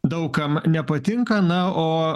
daug kam nepatinka na o